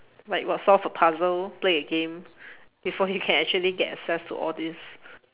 like what solve a puzzle play a game before you can actually get access to all this